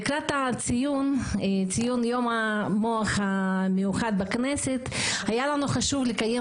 לקראת ציון יום המוח המיוחד בכנסת היה לנו חשוב לקיים